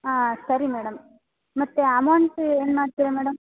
ಹಾಂ ಸರಿ ಮೇಡಮ್ ಮತ್ತು ಅಮೌಂಟ್ ಏನು ಮಾಡ್ತಿರ ಮೇಡಮ್